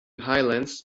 highlands